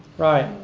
right.